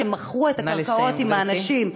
שמכרו את הקרקעות עם האנשים,